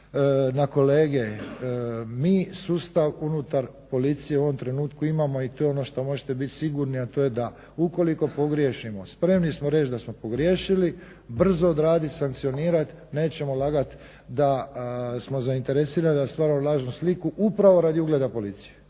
na kolege. Mi sustav unutar policije u ovom trenutku imamo i to je ono što možete biti sigurni, a to je da ukoliko pogriješimo spremni smo reći da smo pogriješili, brzo odraditi sankcionirat, nećemo lagat da smo zainteresirani da stvaramo lažnu sliku upravo radi ugleda policije.